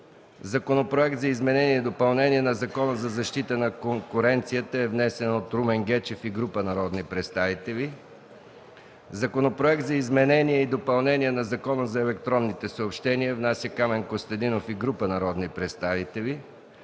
Законопроект за изменение и допълнение на Закона за защита на конкуренцията е внесен от Румен Гечев и група народни представители. Законопроект за изменение и допълнение на Закона за електронните съобщения внася Камен Костадинов и група народни представители.